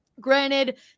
granted